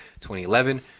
2011